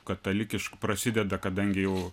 katalikiška prasideda kadangi jau